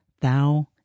thou